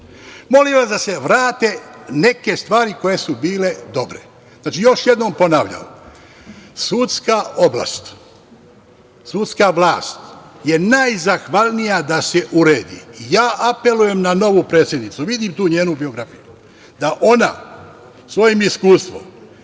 Molim vas, da se varate neke stvari koje su bile dobre. Znači, još jednom ponavljam, sudska oblast, sudska vlast je najzahvalnija da se uredi, i apelujem na novu predsednicu, vidim tu njenu biografiju, da ona svojim iskustvom,